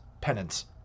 penance